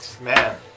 Man